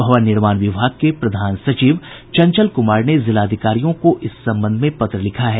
भवन निर्माण विभाग के प्रधान सचिव चंचल कुमार ने जिलाधिकारियों को इस संबंध में पत्र लिखा है